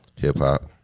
Hip-hop